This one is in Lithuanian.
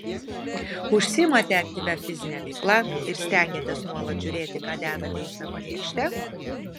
užsiimate aktyvia fizine veikla ir stengiatės nuolat žiūrėti ką dedate į savo lėkštę